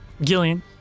Gillian